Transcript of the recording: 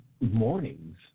mornings